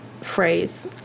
phrase